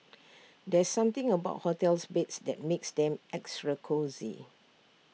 there's something about hotels beds that makes them extra cosy